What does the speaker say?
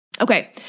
Okay